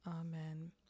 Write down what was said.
Amen